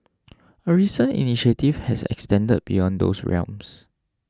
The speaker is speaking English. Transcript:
a recent initiative has extended beyond those realms